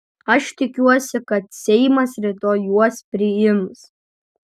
aš tikiuosi kad seimas rytoj juos priims